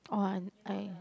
oh I I